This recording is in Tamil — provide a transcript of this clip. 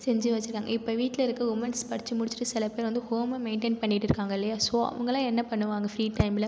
செஞ்சு வச்சுருக்காங்க இப்போ வீட்டில் இருக்க உமன்ஸ் படிச்சு முடிச்சிட்டு சிலப்பேர் வந்து ஹோம் மெயின்டைன் பண்ணிட்டுருக்காங்கள் இல்லையா ஸோ அவங்களாம் என்ன பண்ணுவாங்கள் ஃப்ரீ டைமில்